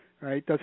Right